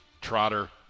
Trotter